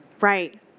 Right